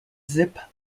zip